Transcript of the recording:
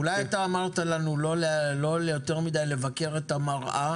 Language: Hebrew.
אולי אתה אמרת לנו לא יותר מדי לבקר את המראה